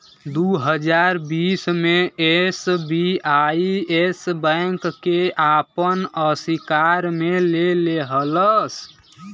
दू हज़ार बीस मे एस.बी.आई येस बैंक के आपन अशिकार मे ले लेहलस